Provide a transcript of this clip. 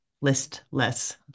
listless